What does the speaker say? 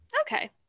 Okay